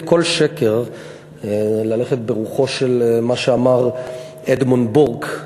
כל שקר זה ללכת ברוח דבריו של אדמונד ברק.